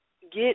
Get